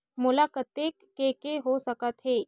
मोला कतेक के के हो सकत हे?